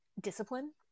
discipline